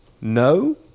no